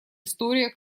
история